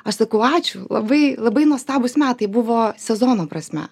aš sakau ačiū labai labai nuostabūs metai buvo sezono prasme